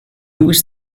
lose